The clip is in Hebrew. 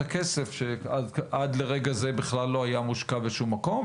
הכסף שעד לרגע זה בכלל לא היה מושקע בשום מקום,